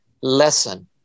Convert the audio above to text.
lesson